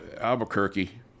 Albuquerque